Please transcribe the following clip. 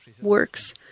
works